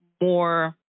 more